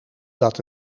dat